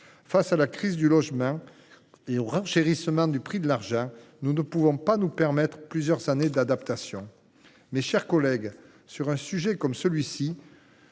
Face à la crise du logement et au renchérissement du prix de l’argent, nous ne pouvons pas nous permettre plusieurs années d’adaptation. Mes chers collègues, sur un sujet comme celui ci,